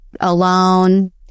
alone